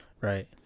Right